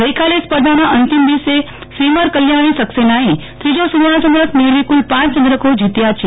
ગઈકાલે સ્પર્ધાના અંતિમ દિવસે સ્વિમર કલ્યાણી સકસેનાએ ત્રીજો સુવર્ણ ચંદ્રક મેળવી કુલ પાંચ ચંદ્રકો જીત્યા છે